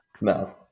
No